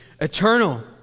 eternal